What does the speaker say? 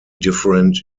different